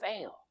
fail